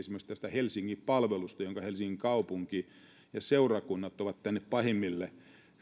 helsingin palvelusta jonka helsingin kaupunki ja seurakunnat ovat tänne pahimmille